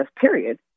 period